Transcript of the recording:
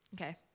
Okay